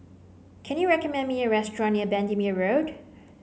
can you recommend me a restaurant near Bendemeer Road